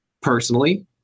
personally